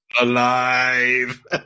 alive